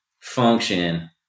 function